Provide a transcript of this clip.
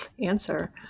answer